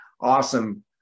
awesome